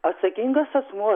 atsakingas asmuo